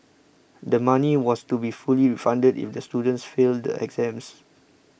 the money was to be fully refunded if the students fail the exams